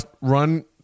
Run